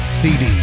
cd